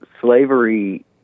slavery